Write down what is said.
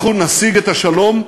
אנחנו נשיג את השלום,